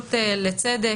הנגישות לצדק,